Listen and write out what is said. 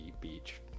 beach